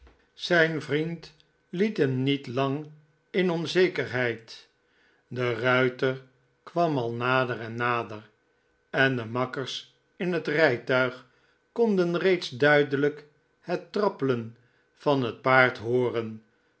zijn vriend liet hem niet lang in de onzekerheid de ruiter kwam al nader en nader en de makkers in het rijtuig konden reeds duidelijk het trappelen van het paard hooren